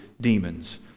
demons